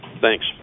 Thanks